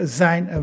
zijn